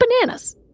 bananas